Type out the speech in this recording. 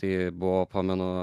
tai buvo pamenu